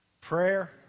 Prayer